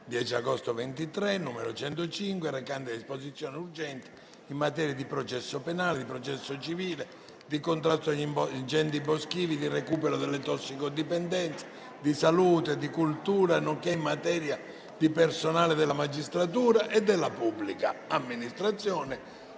10 agosto 2023, n. 105, recante disposizioni urgenti in materia di processo penale, di processo civile, di contrasto agli incendi boschivi, di recupero dalle tossicodipendenze, di salute e di cultura, nonché in materia di personale della magistratura e della pubblica amministrazione